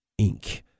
Inc